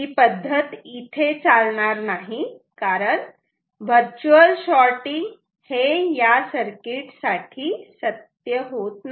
ही पद्धत इथे चालणार नाही कारण वर्च्युअल शॉटिंग हे या सर्किट साठी सत्य होत नाही